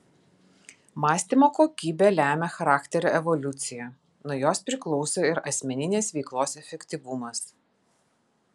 mąstymo kokybė lemia charakterio evoliuciją nuo jos priklauso ir asmeninės veiklos efektyvumas